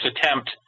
attempt